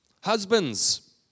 Husbands